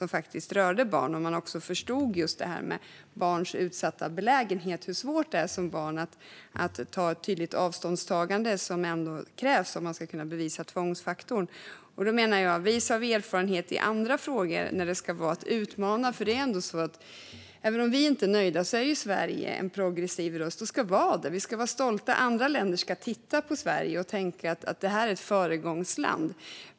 Man förstod barns utsatta belägenhet och hur svårt det är att göra ett tydligt avståndstagande som barn, vilket krävs för att kunna bevisa tvångsfaktorn. Vis av erfarenhet i andra frågor som handlar om att utmana menar jag att även om vi inte är nöjda är Sverige en progressiv röst. Det ska vi vara. Vi ska vara stolta. Andra länder ska titta på Sverige och tänka att det är ett föregångsland.